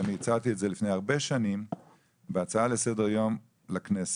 ואני הצעתי את זה לפני הרבה שנים בהצעה לסדר-יום לכנסת.